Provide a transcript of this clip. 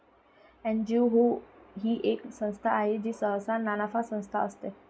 NGO ही एक संस्था आहे जी सहसा नानफा संस्था असते